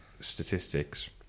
statistics